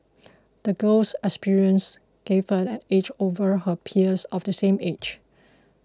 the girl's experiences gave her an edge over her peers of the same age